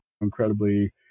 incredibly